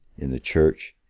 in the church,